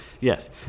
Yes